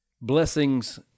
blessings